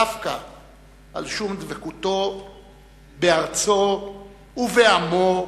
דווקא על שום דבקותו בארצו ובעמו,